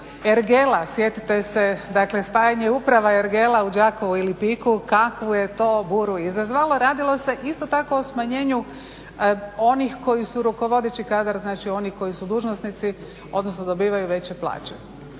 Ergela, sjetite se spajanje uprava Ergela u Đakovu i Lipiku kakvu je to buru izazvalo, radilo se isto tako o smanjenju onih koji su rukovodeći kadar, znači oni koji su dužnosnici, odnosno dobivaju veće plaće.